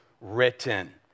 written